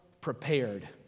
prepared